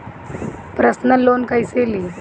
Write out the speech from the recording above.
Personal loan कैसे ली?